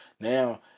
Now